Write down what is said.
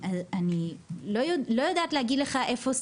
אני לא יודעת להגיד לך איפה ספציפית.